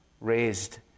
raised